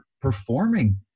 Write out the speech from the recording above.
performing